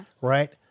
right